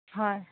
হয়